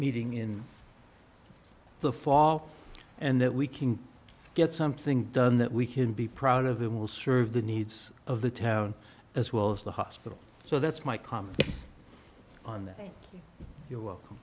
meeting in the fall and that we can get something done that we can be proud of that will serve the needs of the town as well as the hospital so that's my comment on that